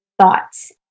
thoughts